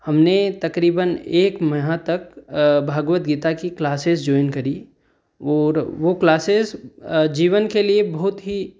हमने तकरीबन एक माह तक भगवत गीता की क्लासेस ज्वाइन करी ओर वह क्लासेस जीवन के लिए बहुत ही